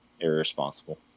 irresponsible